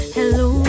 Hello